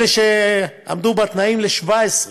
אלה שעמדו בתנאים, ל-2017.